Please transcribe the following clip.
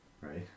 right